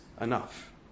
enough